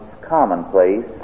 commonplace